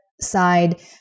side